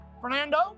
Fernando